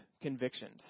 convictions